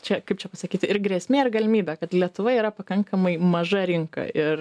čia kaip čia pasakyt ir grėsmė ir galimybė kad lietuva yra pakankamai maža rinka ir